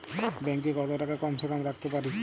Bank এ কত টাকা কম সে কম রাখতে পারি?